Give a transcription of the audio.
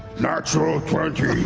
natural twenty.